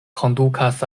kondukas